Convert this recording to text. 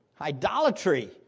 Idolatry